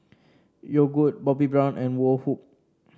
Yogood Bobbi Brown and Woh Hup